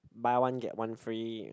buy one get one free